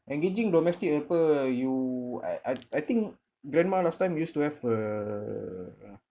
engaging domestic helper you I I I think grandma last time used to have err